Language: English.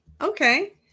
okay